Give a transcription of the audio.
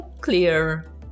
clear